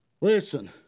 Listen